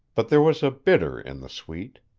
but there was a bitter in the sweet.